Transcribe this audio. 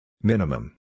Minimum